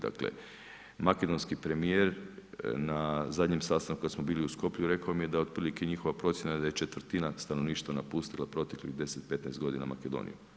Dakle makedonski premijer na zadnjem sastanku kada smo bili u Skopju rekao mi je da otprilike njihova procjena da je četvrtina stanovništva napustila proteklih 10, 15 godina Makedoniju.